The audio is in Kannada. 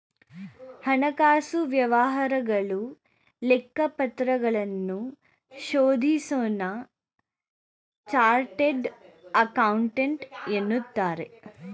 ಹಣಕಾಸು ವ್ಯವಹಾರಗಳ ಲೆಕ್ಕಪತ್ರಗಳನ್ನು ಶೋಧಿಸೋನ್ನ ಚಾರ್ಟೆಡ್ ಅಕೌಂಟೆಂಟ್ ಎನ್ನುತ್ತಾರೆ